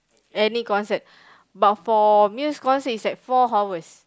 any concert but for this concert is like four hours